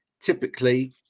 typically